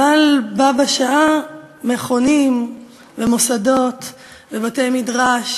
אבל בה בשעה מכונים ומוסדות ובתי-מדרש